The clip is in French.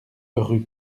rue